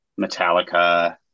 metallica